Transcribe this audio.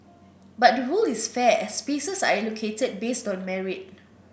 but the rule is fair as spaces are allocated based on merit